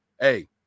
hey